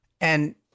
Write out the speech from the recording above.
And-